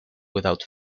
without